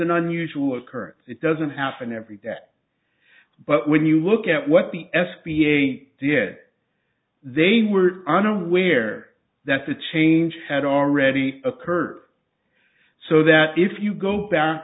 an unusual occurrence it doesn't happen every day but when you look at what the s b a did they were unaware that the change had already occurred so that if you go back